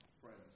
Friends